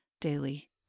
daily